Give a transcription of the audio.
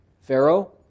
Pharaoh